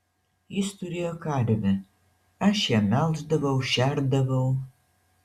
jis turėjo karvę aš ją melždavau šerdavau